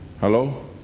Hello